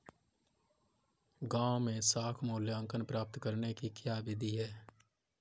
गाँवों में साख मूल्यांकन प्राप्त करने की क्या विधि है?